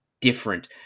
different